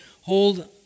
hold